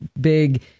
big